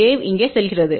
wave இங்கே செல்கிறது